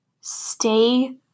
stay